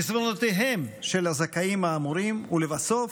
עיזבונותיהם של הזכאים האמורים ולבסוף